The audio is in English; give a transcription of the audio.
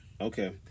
Okay